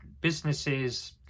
businesses